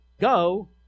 Go